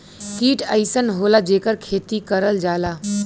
कीट अइसन होला जेकर खेती करल जाला